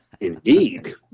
Indeed